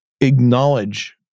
acknowledge